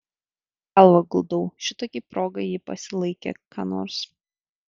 galvą guldau šitokiai progai ji pasilaikė ką nors